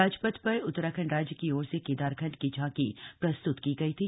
राजपथ पर उत्तराखण्ड राज्य की ओर से केदारखण्ड की झांकी प्रस्तुत की गई थी